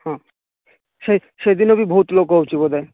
ହଁ ହଁ ସେଇ ସେଦିନ ବି ବହୁତ ଲୋକ ହେଉଛି ବୋଧେ